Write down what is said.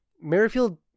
Merrifield